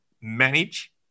manage